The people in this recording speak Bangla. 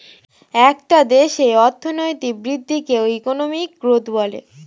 একটা দেশের অর্থনৈতিক বৃদ্ধিকে ইকোনমিক গ্রোথ বলে